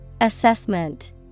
Assessment